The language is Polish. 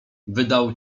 wydał